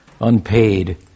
unpaid